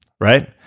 Right